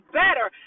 better